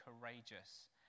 courageous